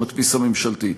במדפיס הממשלתי.